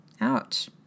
Ouch